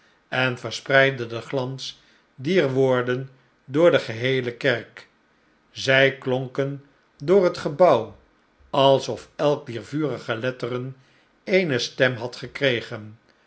en verspreidde den glans dier woorden door de geheele kerk zij klonken door het gebouw alsof elk dier vurige letteren eene stem had gekregen